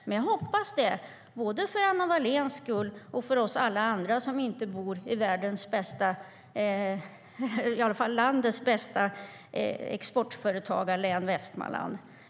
Men jag hoppas det, både för Anna Walléns skull och för oss alla andra som inte bor i landets bästa exportföretagarlän Västmanland.